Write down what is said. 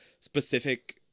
specific